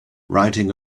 riding